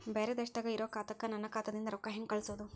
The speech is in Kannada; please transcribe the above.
ಬ್ಯಾರೆ ದೇಶದಾಗ ಇರೋ ಖಾತಾಕ್ಕ ನನ್ನ ಖಾತಾದಿಂದ ರೊಕ್ಕ ಹೆಂಗ್ ಕಳಸೋದು?